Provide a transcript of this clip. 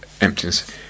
emptiness